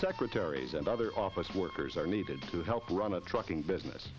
secretaries and other office workers are needed to help run a trucking business